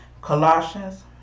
Colossians